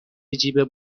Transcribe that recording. جیب